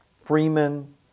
Freeman